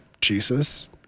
Jesus